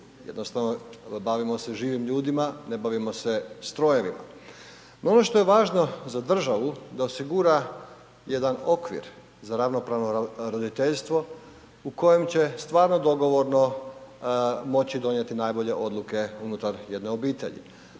jednostavno bavimo se živim ljudima, ne bavimo se strojevima. No, ono što je važno za državu da osigura jedan okvir za ravnopravno roditeljstvo u kojem će stvarno dogovorno moći donijeti najbolje odluke unutar jedne obitelji.